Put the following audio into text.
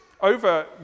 over